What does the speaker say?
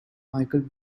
michael